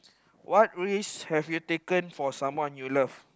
what risk have you taken for someone you love